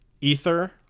ether